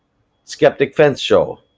skeptic fence show,